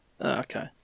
Okay